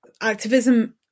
activism